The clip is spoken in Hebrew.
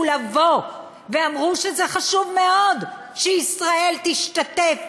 לבוא ואמרו שזה חשוב מאוד שישראל תשתתף